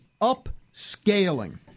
upscaling